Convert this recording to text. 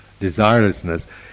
desirelessness